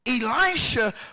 Elisha